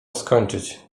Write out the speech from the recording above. skończyć